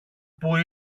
που